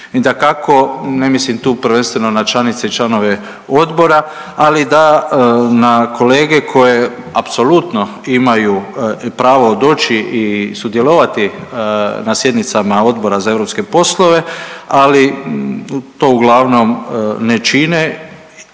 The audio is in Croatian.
I dakako ne mislim tu prvenstveno na članice i članove odbora, ali da na kolege koje apsolutno imaju pravo doći i sudjelovati na sjednicama Odbora za europske poslove, ali to uglavnom ne čine